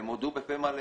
והם הודו בפה מלא